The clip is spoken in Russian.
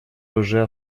уже